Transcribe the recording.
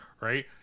right